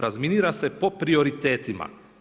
Razminirava se po prioritetima.